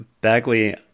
Bagley